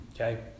okay